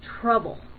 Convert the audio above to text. trouble